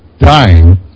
dying